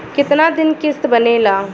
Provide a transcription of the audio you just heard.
कितना दिन किस्त बनेला?